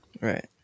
right